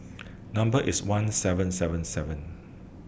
Number IS one seven seven seven